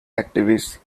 activists